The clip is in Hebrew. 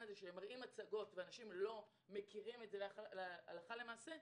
שמביאים מצגות ואנשים לא מכירים את זה הלכה למעשה,